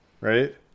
right